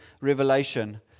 Revelation